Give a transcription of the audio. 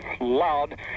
loud